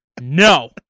No